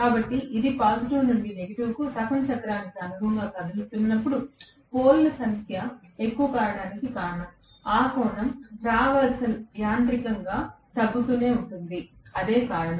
కాబట్టి ఇది పాజిటివ్ నుండి నెగెటివ్కు సగం చక్రానికి అనుగుణంగా కదులుతున్నప్పుడు పోల్ ల సంఖ్య ఎక్కువ కావడానికి కారణం ఆ కోణం ట్రావెర్స్ యాంత్రికంగా తగ్గుతూనే ఉంటుంది అదే కారణం